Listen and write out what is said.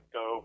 go